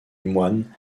moine